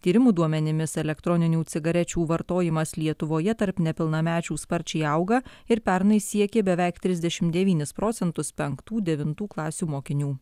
tyrimų duomenimis elektroninių cigarečių vartojimas lietuvoje tarp nepilnamečių sparčiai auga ir pernai siekė beveik trisdešimt devynis procentus penktų devintų klasių mokinių